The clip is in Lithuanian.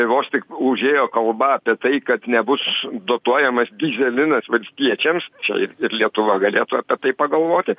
vos tik užėjo kalba apie tai kad nebus dotuojamas dyzelinas valstiečiams čia ir lietuva galėtų apie tai pagalvoti